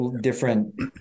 different